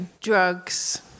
drugs